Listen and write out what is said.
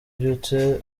ubyutse